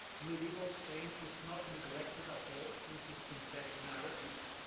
medieval spain is not neglected at all in his synthetic narrative.